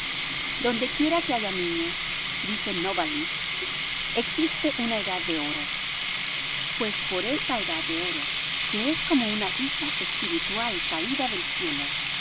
bien dondequiera que haya niños dice nóvalis existe una edad de oro pues por esa edad de oro que es como una isla espiritual caída del cielo